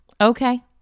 Okay